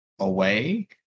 away